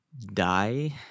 die